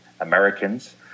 Americans